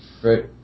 Great